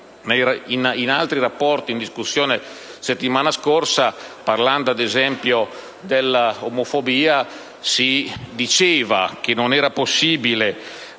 in altri rapporti in discussione la settimana scorsa, parlando ad esempio dell'omofobia, si diceva che non era possibile